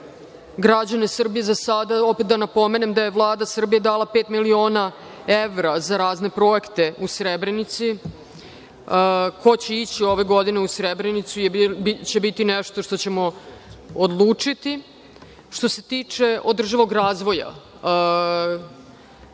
građane Srbije, opet da napomenem da je Vlada Srbije dala pet miliona evra za razne projekte u Srebrenici. Ko će ići ove godine u Srebrenici će biti nešto što ćemo odlučiti. Što se tiče održivog razvoja,